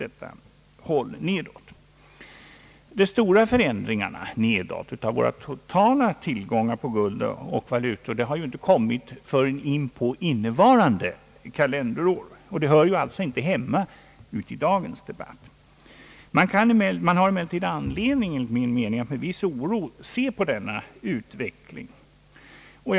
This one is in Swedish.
De stora nedåtgående förändringarna av våra totala tillgångar på guld och valutor har uppstått först under innevarande kalenderår och hör alltså inte hemma i dagens debatt. Enligt min mening har man emellertid anledning att se på den utvecklingen med en viss oro.